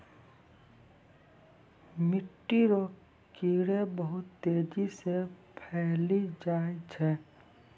मिट्टी रो कीड़े बहुत तेजी से फैली जाय छै